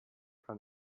from